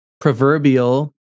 proverbial